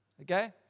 okay